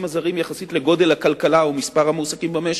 הזרים יחסית לגודל הכלכלה ומספר המועסקים במשק.